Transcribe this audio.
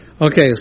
Okay